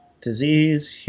Disease